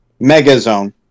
Megazone